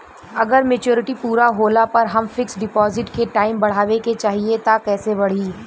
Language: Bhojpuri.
अगर मेचूरिटि पूरा होला पर हम फिक्स डिपॉज़िट के टाइम बढ़ावे के चाहिए त कैसे बढ़ी?